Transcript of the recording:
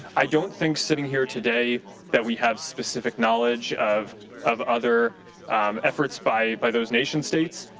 i don't think sitting here today that we have specific knowledge of of other efforts by by those nation states.